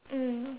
mm